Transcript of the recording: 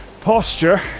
posture